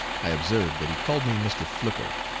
i observed that he called me mr. flipper.